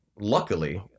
luckily